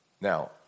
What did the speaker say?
Now